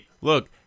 look